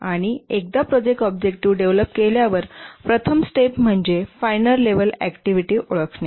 आणि एकदा project objective develop केल्यावर प्रथम स्टेप म्हणजे फायनर लेव्हल ऍक्टिव्हिटी ओळखणे